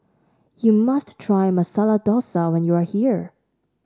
you must try Masala Dosa when you are here